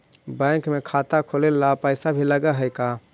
Bank में खाता खोलाबे ल पैसा भी लग है का?